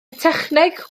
techneg